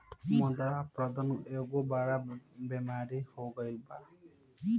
मृदा अपरदन एगो बड़ बेमारी हो गईल बा